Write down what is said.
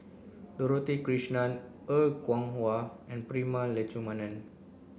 Dorothy Krishnan Er Kwong Wah and Prema Letchumanan